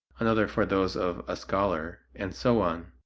another for those of a scholar, and so on.